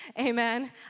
Amen